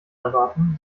erwarten